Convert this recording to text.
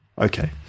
Okay